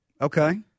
Okay